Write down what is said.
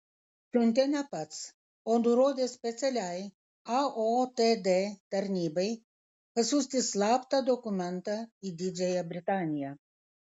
siuntė ne pats o nurodė specialiai aotd tarnybai pasiųsti slaptą dokumentą į didžiąją britaniją